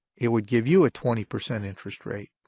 it would give you a twenty percent interest rate.